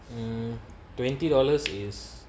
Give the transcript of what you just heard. mmhmm twenty dollars is